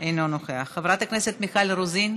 אינו נוכח, חברת הכנסת מיכל רוזין,